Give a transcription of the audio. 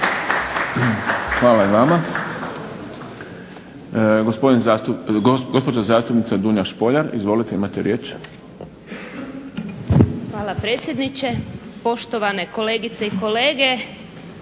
Hvala i vama. Gospođa zastupnica Dunja Špoljar. Izvolite imate riječ. **Špoljar, Dunja (SDP)** Hvala predsjedniče. Poštovane kolegice i kolege.